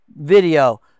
video